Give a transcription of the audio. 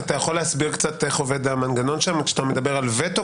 אתה יכול להסביר קצת איך עובד המנגנון שם כשאתה מדבר על וטו?